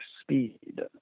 speed